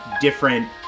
different